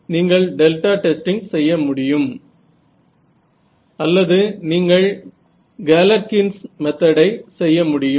நீங்கள் delta testing செய்ய முடியும் அல்லது நீங்கள் கேலர்கின்ஸ் மெத்தடை செய்ய முடியும்